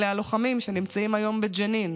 אלה הלוחמים שנמצאים היום בג'נין,